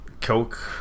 coke